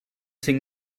cinc